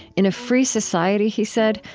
in a free society, he said,